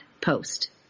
post